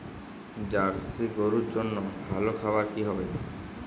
Jersey গরুর জন্য ভালো খাবার কি হবে?